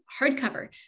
hardcover